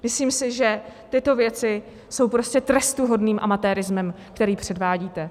Myslím si, že tyto věci jsou prostě trestuhodným amatérismem, který předvádíte.